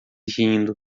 rindo